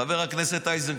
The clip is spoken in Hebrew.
חבר הכנסת איזנקוט,